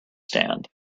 stand